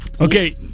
Okay